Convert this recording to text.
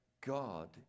God